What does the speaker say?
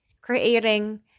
Creating